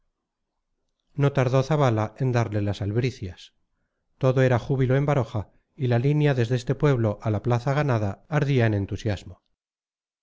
no tardó zabala en darle las albricias todo era júbilo en baroja y la línea desde este pueblo a la plaza ganada ardía en entusiasmo